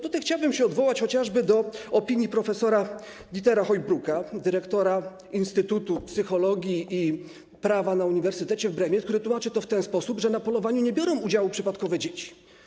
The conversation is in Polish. Tutaj chciałbym się odwołać chociażby do opinii prof. Dietmara Heubrocka, dyrektora Instytutu Psychologii Prawa na Uniwersytecie w Bremie, który tłumaczy to w ten sposób, że w polowaniu nie biorą udziału przypadkowe dzieci.